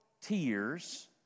tears